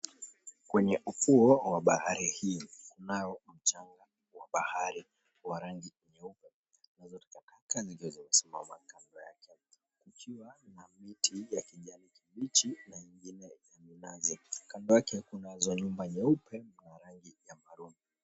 Kwenye ufuo wa bahari hii kunayo mchanga wa bahari wa rangi nyeupe na takataka zilizosimama kando yake kukiwa na miti ya kijani kibichi na ingine ya minazi, kando yake kunazo nyumba nyeupe za rangi ya maroon .